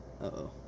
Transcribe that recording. Uh-oh